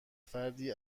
فردی